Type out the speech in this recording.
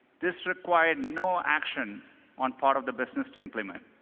this required no action on part of the business to implement.